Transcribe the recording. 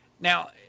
Now